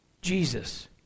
Jesus